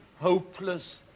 hopeless